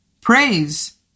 Praise